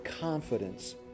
confidence